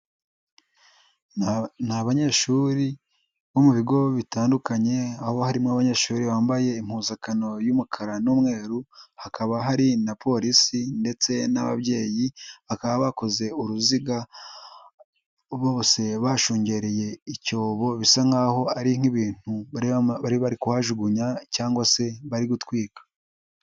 Ni banyeshuri bo mu bigo bitandukanye, aho harimo abanyeshuri bambaye impuzankano y'umukara n'umweru, hakaba hari na polisi ndetse n'ababyeyi, bakaba bakoze uruziga, bose bashungereye icyobo bisa nkaho ari nk'ibintu bari bari kuhajugunya cyangwa se bari gutwika.